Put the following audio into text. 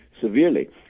severely